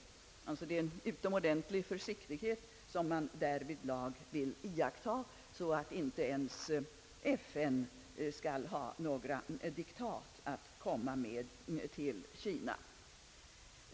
Man vill således iaktta en utomordentlig försiktighet, så att inte ens FN skall komma med några diktat till Kina.